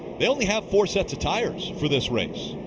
they only have four sets of tires for this race.